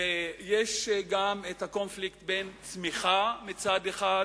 יש גם קונפליקט בין צמיחה מצד אחד